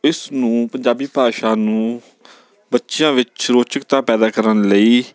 ਇਸ ਨੂੰ ਪੰਜਾਬੀ ਭਾਸ਼ਾ ਨੂੰ ਬੱਚਿਆਂ ਵਿੱਚ ਰੋਚਕਤਾ ਪੈਦਾ ਕਰਨ ਲਈ